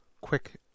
quick-